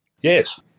Yes